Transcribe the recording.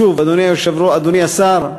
שוב, אדוני השר,